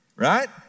Right